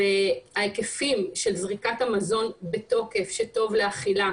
ההיקפים של זריקת המזון בתוקף שטוב לאכילה